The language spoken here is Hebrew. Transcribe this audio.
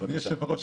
אדוני היושב-ראש,